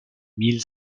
mille